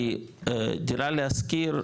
כי דירה להשכיר,